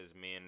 men